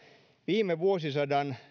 viime vuosisadan